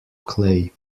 clay